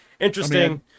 Interesting